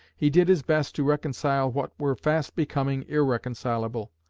he did his best to reconcile what were fast becoming irreconcilable,